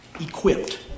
equipped